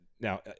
now